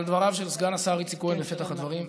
על דבריו של סגן השר איציק כהן בפתח הדברים,